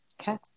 Okay